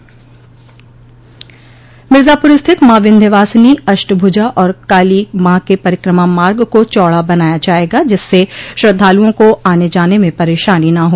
मिर्जापुर स्थित माँ विन्ध्यवासिनी अष्टभुजा और काली माँ के परिक्रमा मार्ग को चौड़ा बनाया जायेगा जिससे श्रद्वालुओं को आने जाने में परेशानी न हो